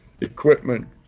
equipment